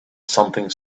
something